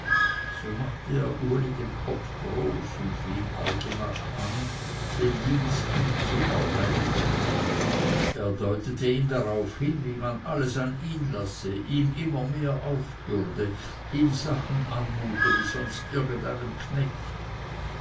so machte er uli den kopf groß und fing allgemach an den dienst ihm zu erleiden er deutete ihm darauf hin wie man alles an ihn lasse ihm immer mehr aufbürde ihm sachen anmute wie sonst nirgend einem knecht